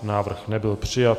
Návrh nebyl přijat.